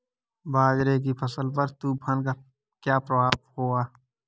बाजरे की फसल पर तूफान का क्या प्रभाव होगा?